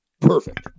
perfect